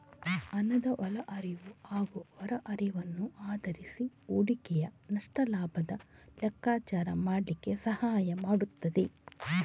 ಹಣದ ಒಳ ಹರಿವು ಹಾಗೂ ಹೊರ ಹರಿವನ್ನು ಆಧರಿಸಿ ಹೂಡಿಕೆಯ ನಷ್ಟ ಲಾಭದ ಲೆಕ್ಕಾಚಾರ ಮಾಡ್ಲಿಕ್ಕೆ ಸಹಾಯ ಮಾಡ್ತದೆ